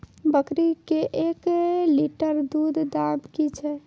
बकरी के एक लिटर दूध दाम कि छ?